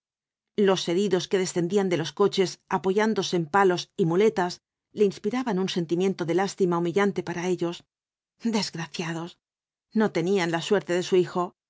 los heridos que descendían de los coches apoyándose en palos y muletas le inspiraban un sentimiento de lástima humillante para ellos desgraciados no tenían la suerte de su hijo